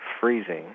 freezing